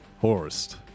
Horst